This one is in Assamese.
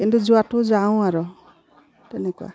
কিন্তু যোৱাটো যাওঁ আৰু তেনেকুৱা